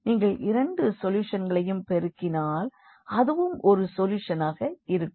நீங்கள் இரண்டு சொல்யூஷன்களையும் பெருக்கினால் அதுவும் ஒரு சொல்யூஷனாக இருக்கும்